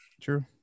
True